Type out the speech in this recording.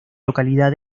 localidad